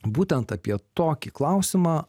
būtent apie tokį klausimą